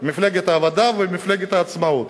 מפלגת העבודה ומפלגת העצמאות.